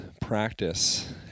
practice